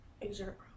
Exert